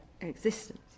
existence